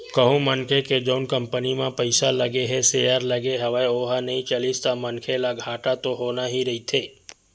कहूँ मनखे के जउन कंपनी म पइसा लगे हे सेयर लगे हवय ओहा नइ चलिस ता मनखे ल घाटा तो होना ही रहिथे